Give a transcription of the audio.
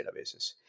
databases